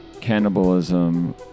cannibalism